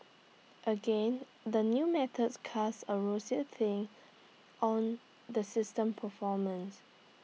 again the new method casts A rosier tint on the system's performance